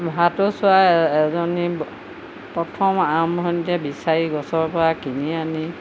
ভাটৌ চৰাই এজনী প্ৰথম আৰম্ভণিতে বিচাৰি গছৰ পৰা কিনি আনি